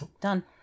Done